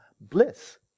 bliss